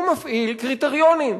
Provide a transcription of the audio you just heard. הוא מפעיל קריטריונים,